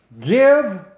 give